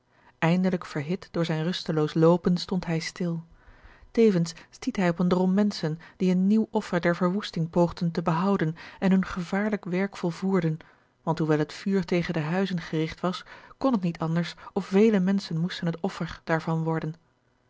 eindelijk verhit door zijn rusteloos loopen stond hij stil tevens stiet hij op een drom menschen die een nieuw offer der verwoesting poogden te behouden en hun gevaarlijk werk volvoerden want hoewel het vuur tegen de huizen gerigt was kon het niet anders of vele menschen moesten het offer daarvan worden